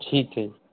ਠੀਕ ਹੈ ਜੀ